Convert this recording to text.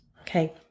Okay